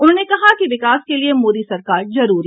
उन्होंने कहा कि विकास के लिये मोदी सरकार जरूरी